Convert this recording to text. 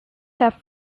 have